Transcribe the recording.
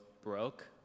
broke